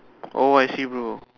oh I see bro